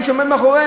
מי שעומד מאחוריהם,